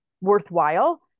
worthwhile